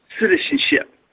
citizenship